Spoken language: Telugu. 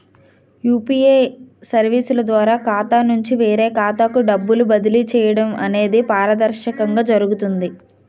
యూపీఏ సర్వీసుల ద్వారా ఖాతా నుంచి వేరే ఖాతాకు డబ్బులు బదిలీ చేయడం అనేది పారదర్శకంగా జరుగుతుంది